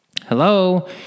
Hello